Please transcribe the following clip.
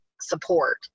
support